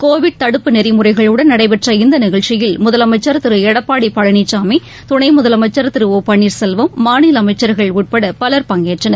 Covid தடுப்பு நெறிமுறைகளுடன் நடைபெற்ற இந்த நிகழ்ச்சியில் முதலமைச்சர் திரு எடப்பாடி பழனிசாமி துணை முதலமைச்ச் திரு ஓ பன்னீர்செல்வம் மாநில அமைச்ச்கள் உட்பட பலர் பங்கேற்றனர்